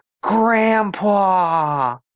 grandpa